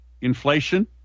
inflation